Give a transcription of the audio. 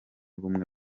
ubumwe